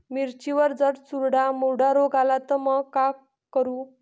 मिर्चीवर जर चुर्डा मुर्डा रोग आला त मंग का करू?